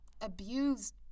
abused